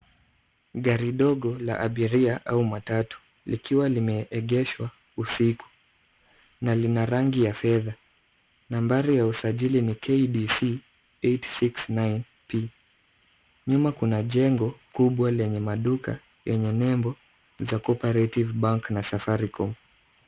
Gari ndogo la abiria au matatu likiwa limeegeshwa usiku na lina rangi ya fedha. Nambari ya usajili ni KDC 869P. Nyuma kuna jengo kubwa lenye maduka yenye nembo za Cooperative bank na Safaricom.